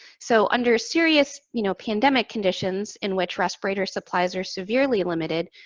so, under serious, you know, pandemic conditions in which respirator supplies are severely limited,